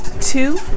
two